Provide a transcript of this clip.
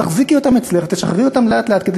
את תחזיקי אותם אצלך ותשחררי אותם לאט-לאט כדי